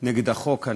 נגד החוק.